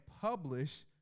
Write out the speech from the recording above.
publish